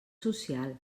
social